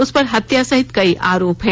उस पर हत्या सहित कई आरोप हैं